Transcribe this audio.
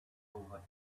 over